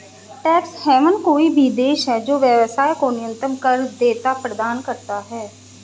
tax haven कोई भी देश है जो व्यवसाय को न्यूनतम कर देयता प्रदान करता है